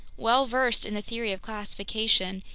well versed in the theory of classification,